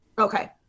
Okay